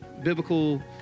biblical